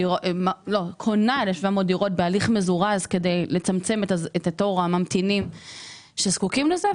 קונה 1,700 דירות בהליך מזורז כדי לצמצם את תור הממתינים שזקוקים לזה,